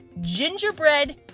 gingerbread